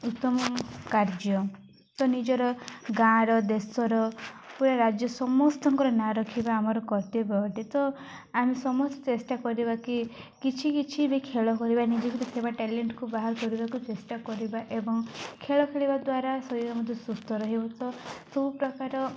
ଉତ୍ତମ କାର୍ଯ୍ୟ ତ ନିଜର ଗାଁର ଦେଶର ପୁରା ରାଜ୍ୟ ସମସ୍ତଙ୍କର ନାଁ ରଖିବା ଆମର କର୍ତ୍ତବ୍ୟ ଅଟେ ତ ଆମେ ସମସ୍ତେ ଚେଷ୍ଟା କରିବା କି କିଛି କିଛି ବି ଖେଳ କରିବା ନିଜକୁ ଦେଖାଇବା ଟ୍ୟାଲେଣ୍ଟକୁ ବାହାର କରିବାକୁ ଚେଷ୍ଟା କରିବା ଏବଂ ଖେଳ ଖେଳିବା ଦ୍ୱାରା ଶରୀର ମଧ୍ୟ ସୁସ୍ଥ ରହିବ ତ ସବୁପ୍ରକାର